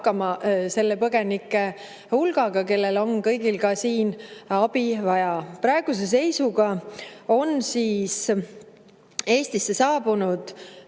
hakkama selle põgenike hulgaga, kellel on kõigil ka siin abi vaja. Praeguse seisuga on Eestisse saabunud